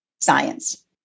science